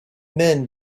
men